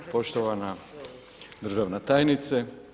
Poštovana državna tajnice.